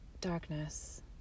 darkness